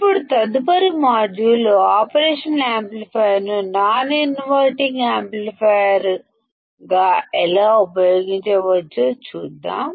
ఇప్పుడు తదుపరి మాడ్యూల్లో ఆపరేషన్ యాంప్లిఫైయర్ను నాన్ ఇన్వర్టింగ్ యాంప్లిఫైయర్గా ఎలా ఉపయోగించవచ్చో గమనిద్దాం